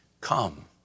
come